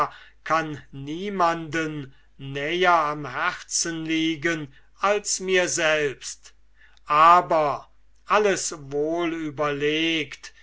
kann niemanden näher am herzen liegen als mir selbst aber alles wohl überlegt